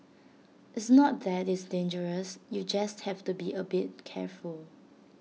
it's not that it's dangerous you just have to be A bit careful